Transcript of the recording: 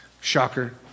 shocker